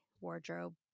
wardrobe